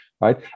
right